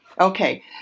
Okay